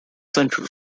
center